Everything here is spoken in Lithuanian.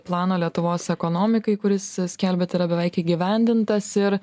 plano lietuvos ekonomikai kuris skelbia tai yra beveik įgyvendintas ir